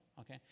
okay